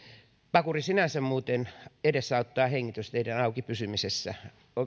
pakuri sinänsä muuten edesauttaa hengitysteiden auki pysymisessä